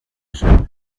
said